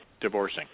divorcing